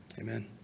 Amen